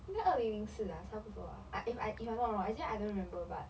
应该二零零四啊差不多啊 I if I if I'm not wrong actually I don't remember but